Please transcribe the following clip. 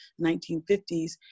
1950s